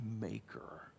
maker